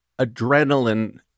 adrenaline